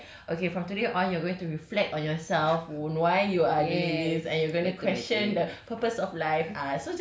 so that's why it it has to be like okay from today on you going to reflect on yourself wo~ why you're doing this and you're going to question the